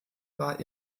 war